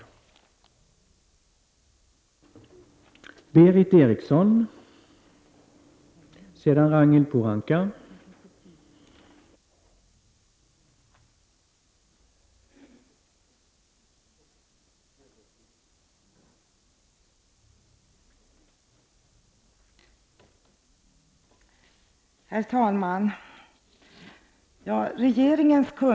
Docenten i rättsmedicin, Sten Jakobsson, har i ett rättsintyg i maj 1989 avgivit följande utlåtande. Intyget är skrivet den 8 maj 1989 av Sten Jakobsson, docent i rättsmedicin.